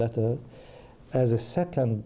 letter as a second